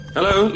Hello